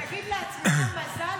תגיד לעצמך, מזל